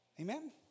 Amen